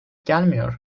gelmiyor